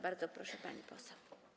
Bardzo proszę, pani poseł.